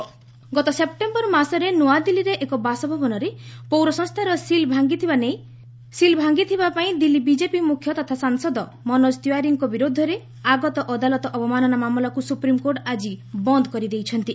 SC sealing ଗତ September ମାସରେ ନୃଆଦିଲ୍ଲୀରେ ଏକ ବାସଭବନରେ ପୌର ସଂସ୍ଥାର ସିଲ୍ ଭାଙ୍ଗିଥିବାପାଇଁ ଦିଲ୍ଲୀ ବିକେପି ମୁଖ୍ୟ ତଥା ସାଂସଦ ମନୋକ ତିୱାରୀଙ୍କ ବିରୁଦ୍ଧରେ ଆଗତ ଅଦାଲତ ଅବମାନନା ମାମଲାକୁ ସୁପ୍ରିମ୍କୋର୍ଟ ଆକ୍ଟି ବନ୍ଦ୍ କରିଦେଇଛନ୍ତି